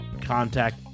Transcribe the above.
contact